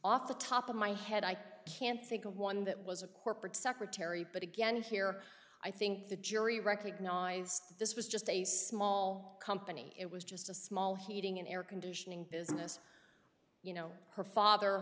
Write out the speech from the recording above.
off the top of my head i can't think of one that was a corporate secretary but again here i think the jury recognized that this was just a small company it was just a small heating and air conditioning business you know her father